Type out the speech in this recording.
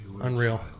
Unreal